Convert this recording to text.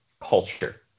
culture